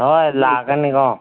ꯍꯣꯏ ꯂꯥꯛꯀꯅꯤꯀꯣ